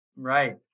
Right